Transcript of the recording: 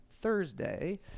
Thursday